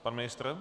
Pan ministr?